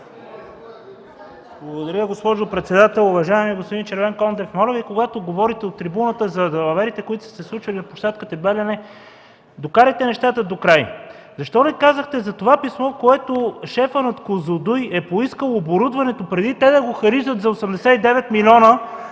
Благодаря, госпожо председател. Уважаеми господин Червенкондев, моля Ви, когато говорите от трибуната за далаверите, които са се случвали на площадката „Белене”, докарайте нещата докрай. Защо не казахте за това писмо, в което шефът на „Козлодуй” е поискал оборудването преди те да го харижат за 89 милиона